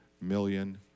million